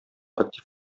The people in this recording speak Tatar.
актив